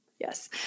Yes